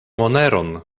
moneron